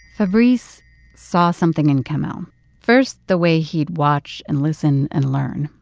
fabrice saw something in kamel. first, the way he'd watch and listen and learn,